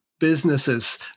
businesses